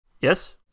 Yes